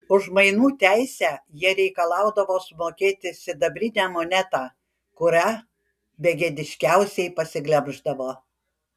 už mainų teisę jie reikalaudavo sumokėti sidabrinę monetą kurią begėdiškiausiai pasiglemždavo